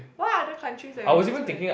what other countries that you're interested